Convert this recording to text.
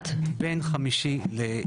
בין חמישי לשישי.